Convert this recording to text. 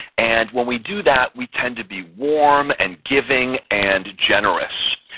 and when we do that, we tend to be warm and giving and generous.